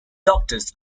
doctors